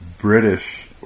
british